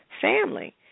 family